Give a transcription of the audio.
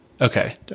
Okay